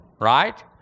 right